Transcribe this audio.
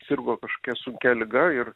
sirgo kažkokia sunkia liga ir